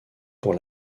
pour